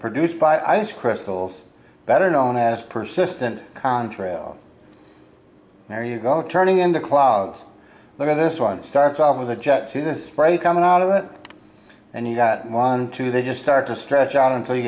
produced by ice crystals better known as persistent contrails there you go turning into clouds but this one starts off with the jets in a spray coming out of it and you that montu they just start to stretch out until you